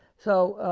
so